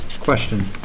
question